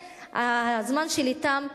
הזמן שלי תם.